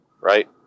right